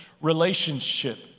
relationship